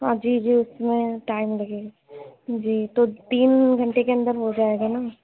آ جی جی اُس میں ٹائم لگے گا جی تو تین گھنٹے کے اندر ہو جائے گا نا